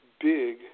big